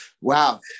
Wow